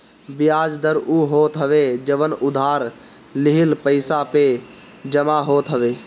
बियाज दर उ होत हवे जवन उधार लिहल पईसा पे जमा होत हवे